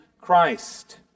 Christ